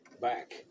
back